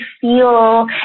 feel